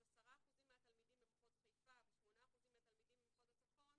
אז 10% מהתלמידים במחוז חיפה ו-8% מהתלמידים ממחוז הצפון